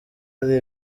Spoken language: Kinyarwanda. ari